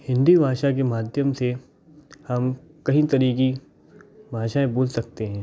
हिन्दी भाषा के माध्यम से हम कही तरह की भाषाएं बोल सकते हैं